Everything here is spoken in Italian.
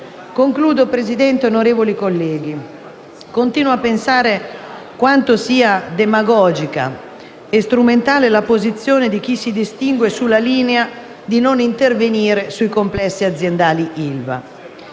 signora Presidente, onorevoli colleghi, continuo a pensare quanto sia demagogica e strumentale la posizione di chi si distingue sulla linea di non intervenire sul complesso aziendale ILVA.